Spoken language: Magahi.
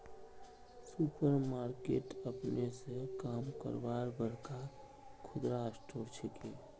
सुपर मार्केट अपने स काम करवार बड़का खुदरा स्टोर छिके